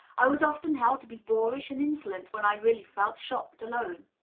i was often held to be boorish and insolent when i really felt shocked alone.